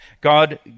God